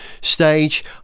stage